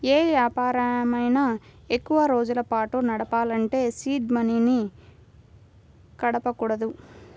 యే వ్యాపారమైనా ఎక్కువరోజుల పాటు నడపాలంటే సీడ్ మనీని కదపకూడదు